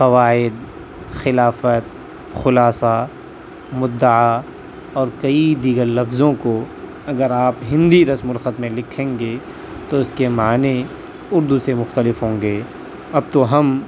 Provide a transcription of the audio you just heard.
قواعد خلافت خلاصہ مدعا اور کئی دیگر لفظوں کو اگر آپ ہندی رسم الخط میں لکھیں گے تو اس کے معنی اردو سے مختلف ہوں گے اب تو ہم